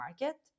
market